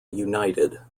united